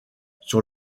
sur